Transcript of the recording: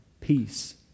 peace